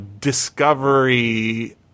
Discovery